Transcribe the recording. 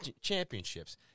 championships